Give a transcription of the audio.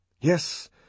Yes